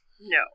No